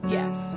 yes